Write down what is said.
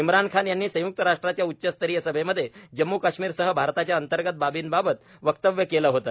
इम्रान खान यांनी संय्क्त राष्ट्राच्या उच्च स्तरीय सभेमध्ये जम्मू काश्मीरसह भारताच्या अंतर्गत बाबींबाबत वक्तव्य केल होत